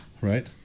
right